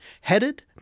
headed